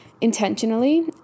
intentionally